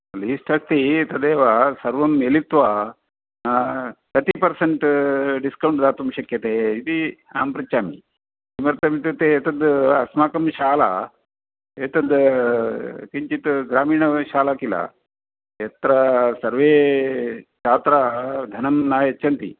least अस्ति तदेव सर्वं मिलित्वा कति पर्सेण्ट् डिस्कौण्ट् दातुं शक्यते इति अहं पृच्छामि किमर्थमित्युक्ते एतद् अस्माकं शाला एतद् किञ्चित् ग्रामीणशाला किल यत्र सर्वे छात्राः धनं न यच्छन्ति